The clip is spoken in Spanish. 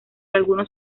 algunos